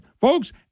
Folks